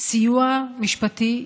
סיוע משפטי,